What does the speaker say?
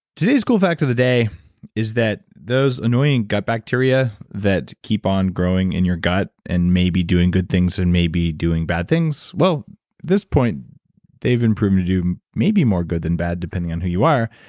today's cool fact of the day is that those annoying gut bacteria that keep on growing in your gut and maybe doing good things and maybe doing bad things, well, at this point they've been proven to do maybe more good than bad depending on who you are.